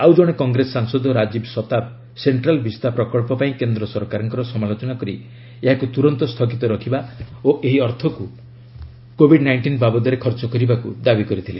ଆଉ ଜଣେ କଂଗ୍ରେସ ସାଂସଦ ରାଜୀବ ଶତାବ ସେକ୍କାଲ୍ ଭିସ୍ତା ପ୍ରକଳ୍ପ ପାଇଁ କେନ୍ଦ୍ର ସରକାରଙ୍କର ସମାଲୋଚନା କରି ଏହାକୁ ତୁରନ୍ତ ସ୍ଥଗିତ ରଖିବା ଓ ଏହି ଅର୍ଥକ୍ କୋବିଡ୍ ନାଇଷ୍ଟିନ୍ ବାବଦରେ ଖର୍ଚ୍ଚ କରିବାକୁ ଦାବି କରୁଥିଲେ